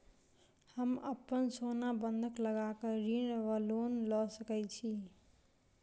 हम अप्पन सोना बंधक लगा कऽ ऋण वा लोन लऽ सकै छी?